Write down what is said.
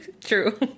True